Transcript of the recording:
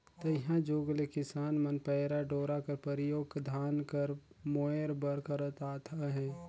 तइहा जुग ले किसान मन पैरा डोरा कर परियोग धान कर मोएर बर करत आत अहे